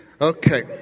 Okay